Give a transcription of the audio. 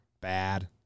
Bad